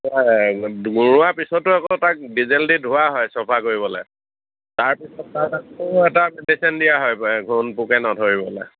গৰুৱা পিছতো আকৌ তাক ডিজেল দি ধোৱা হয় চফা কৰিবলে তাৰপিছত এটা মেডিচিন দিয়া হয় ঘোণ পোকে নধৰিবলৈ